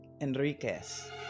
Enriquez